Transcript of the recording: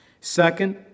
Second